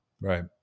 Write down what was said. Right